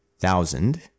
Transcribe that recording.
thousand